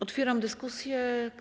Otwieram dyskusję.